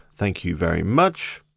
thank you very much.